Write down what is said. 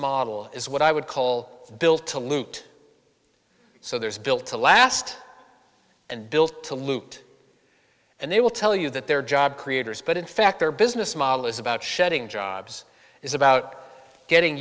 model is what i would call built to loot so there's built to last and built to lieut and they will tell you that they're job creators but in fact their business model is about shedding jobs is about getting